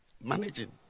Managing